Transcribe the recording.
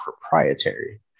proprietary